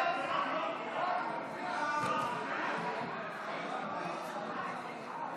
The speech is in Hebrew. ההצעה להעביר לוועדה את הצעת חוק האזרחות (תיקון,